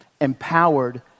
empowered